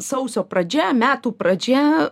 sausio pradžia metų pradžia